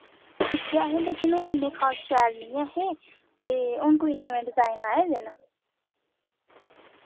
दिक्खे असैं लेकिन ओह् इन्ने खास शैल नि ऐ हे ते हुन कोई नमें डिजाइन आए दे न